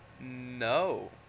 No